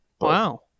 wow